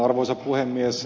arvoisa puhemies